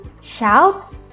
shout